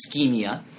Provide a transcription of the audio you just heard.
ischemia